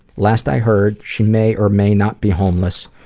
last i heard, she may or may not be homeless,